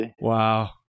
Wow